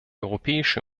europäische